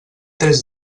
tres